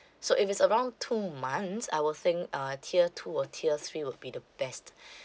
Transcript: so if it's around two months I will think uh tier two or tier three will be the best